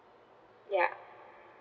yup